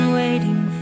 waiting